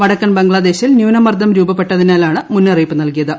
വടക്കൻ ബംഗ്ലാദേശിൽ ന്യൂനമർദ്ദം രൂപപ്പെട്ടതിനാലാണ് മുന്നറിയിപ്പ് നൽകിയത്